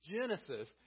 Genesis